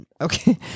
Okay